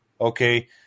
Okay